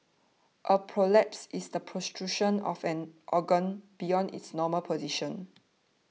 a prolapse is the protrusion of an organ beyond its normal position